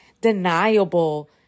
deniable